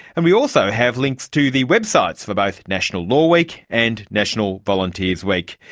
and we also have links to the websites for both national law week and national volunteers week.